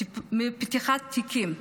מפתיחת תיקים.